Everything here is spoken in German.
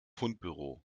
fundbüro